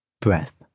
breath